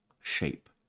shape